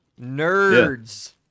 Nerds